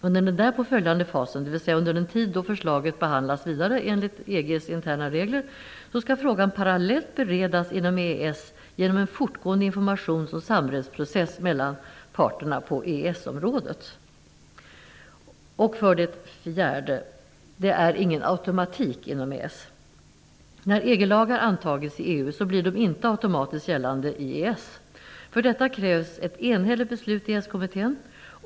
Under den därpå följande fasen, dvs. under den tid då förslaget behandlas vidare enligt EG:s interna regler, skall frågan parallellt beredas inom EES genom en fortgående informations och samrådsprocess mellan parterna på EES-området. För det fjärde: Det är ingen automatik inom EES. När EG-lagar antagits i EU blir de inte automatiskt gällande i EES. För detta krävs ett enhälligt beslut i EES-kommittén.